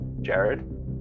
Jared